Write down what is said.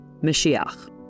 Mashiach